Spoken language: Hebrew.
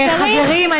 חברים,